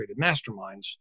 masterminds